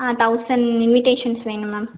ஆ thousand invitations வேணும் ma'am